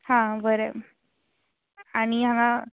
हा बरें आनी हांगा